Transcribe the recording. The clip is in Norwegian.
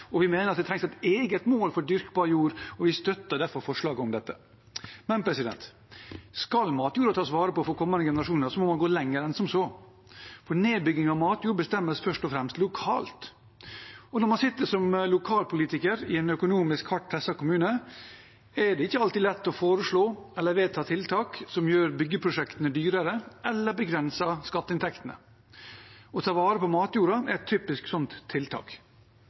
Vi mener at det trengs et eget mål for dyrkbar jord, og vi støtter derfor forslaget om dette. Men skal matjorda tas vare på for kommende generasjoner, må man gå lenger enn som så. Nedbygging av matjord bestemmes først og fremst lokalt, og når man sitter som lokalpolitiker i en økonomisk hardt presset kommune, er det ikke alltid lett å foreslå eller vedta tiltak som gjør byggeprosjektene dyrere eller begrenser skatteinntektene. Å ta vare på matjorda er et typisk sånt tiltak,